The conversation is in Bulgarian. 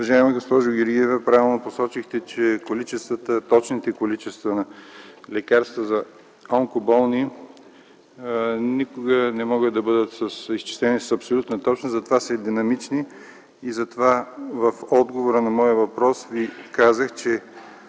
Уважаема госпожо Георгиева, правилно посочихте, че точните количества лекарства за онкоболни никога не могат да бъдат изчислени с абсолютна точност, затова са динамични. Затова в моя отговор на въпроса Ви казах, че